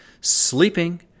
sleeping